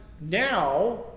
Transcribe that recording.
now